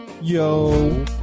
Yo